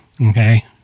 okay